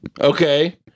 Okay